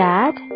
Dad